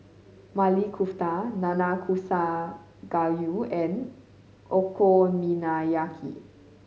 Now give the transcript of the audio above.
Maili Kofta Nanakusa Gayu and Okonomiyaki